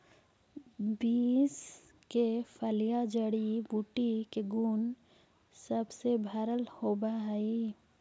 beans के फलियां जड़ी बूटी के गुण सब से भरल होब हई